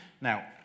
Now